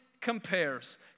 compares